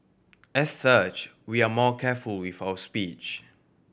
as such we are more careful with our speech